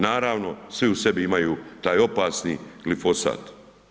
Naravno, svi u sebi imaju taj opasni glifosat.